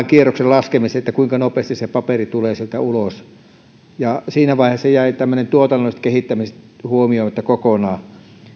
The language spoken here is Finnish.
kierroksen laskemiseen että kuinka nopeasti se paperi tulee sieltä ulos siinä vaiheessa jäivät tämmöiset tuotannolliset kehittämiset huomioimatta kokonaan